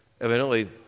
Evidently